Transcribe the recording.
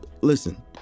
Listen